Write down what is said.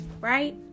right